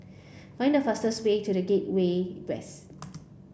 find the fastest way to the Gateway West